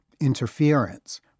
Interference